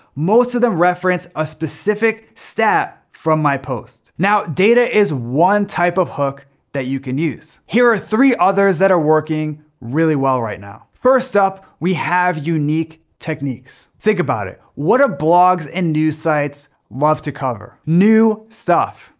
most of them reference a specific step from my post. now data is one type of hook that you can use. here are three others that are working really well right now. first up we have unique techniques. think about it, what do blogs and news sites love to cover? new stuff.